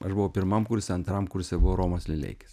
aš buvau pirmam kurse antram kurse buvo romas lileikis